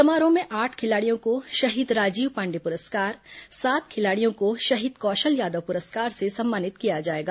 समारोह में आठ खिलाड़ियों को शहीद राजीव पाण्डे पुरस्कार सात खिलाड़ियों को शहीद कौशल यादव पुरस्कार से सम्मानित किया जाएगा